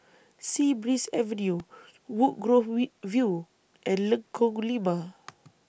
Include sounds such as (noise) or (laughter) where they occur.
Sea Breeze Avenue Woodgrove (unintelligible) View and Lengkong Lima